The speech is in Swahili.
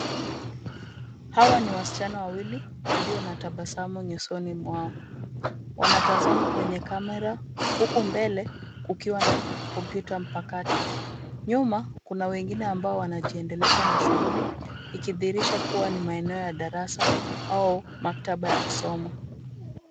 Hawa ni wasichana wawili walio na tabasamu nyusoni mwao. Wanatazama kwenye kamera huku mbele kukiwa na kompyuta mpakato. Nyuma kuna wengine ambao wanajiendelesha na shughuli ikidhihirisha kuwa ni maeneo ya darasa au maktaba ya kusoma.